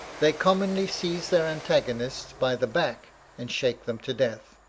they commonly seize their antagonists by the back and shake them to death.